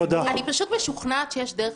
אני ממש משוכנעת שיש דרך,